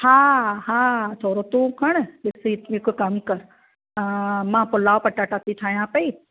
हा हा थोरो तूं खणु डि॒सु हिकु कमु करि हा मां पुलाओ पटाटा थी ठाहियां पई